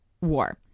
war